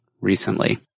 recently